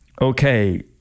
okay